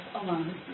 alone